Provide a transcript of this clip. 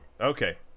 Okay